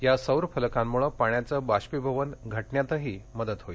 या सौर फलकांमूळे पाण्याचे बाष्पीभवन घटण्यातही मदत होईल